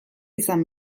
izan